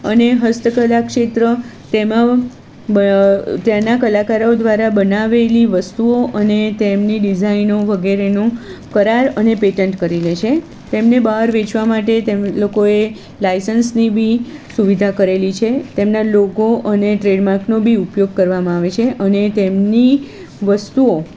અને હસ્તકળા ક્ષેત્ર તેમાં તેનાં કલાકારો દ્વારા બનાવેલી વસ્તુઓ અને તેમની ડીઝાઈનો વગેરેનું કરાર અને પેટન્ટ કરી લે છે તેમને બહાર વેચવા માટે લોકોએ લાયસન્સની બી સુવિધા કરેલી છે તેમનાં લોગો અને ટ્રેડમાર્કનો બી ઉપયોગ કરવામાં આવે છે અને તેમની વસ્તુઓ